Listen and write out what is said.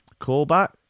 Callback